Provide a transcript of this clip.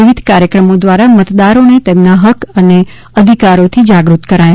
વિવિધ કાર્યક્રમો દ્વારા મતદારોને તેમના હક્ક અને અધિકારોથી જાગૃત કરાયા